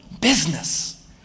business